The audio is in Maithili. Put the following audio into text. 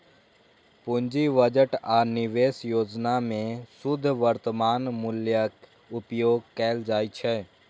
पूंजी बजट आ निवेश योजना मे शुद्ध वर्तमान मूल्यक उपयोग कैल जाइ छै